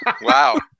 wow